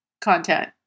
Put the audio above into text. content